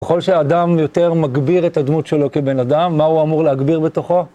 ככל שאדם יותר מגביר את הדמות שלו כבן אדם, מה הוא אמור להגביר בתוכו?